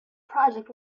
project